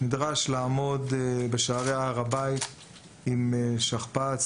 נדרש לעמוד בשערי הר הבית עם שכפ"ץ,